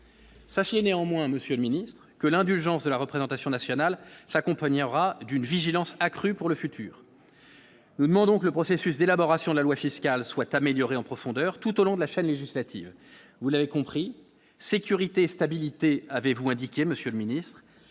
Sachez néanmoins, Monsieur le Ministre, que l'indulgence de la représentation nationale s'accompagnera d'une vigilance accrue pour le futur, le nom, donc le processus d'élaboration de la loi fiscale souhaite améliorer en profondeur tout au long de la chaîne législative, vous l'avez compris : sécurité, stabilité, avez-vous indiqué, Monsieur le Ministre,